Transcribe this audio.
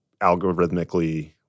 algorithmically